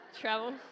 travel